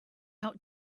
out